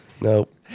Nope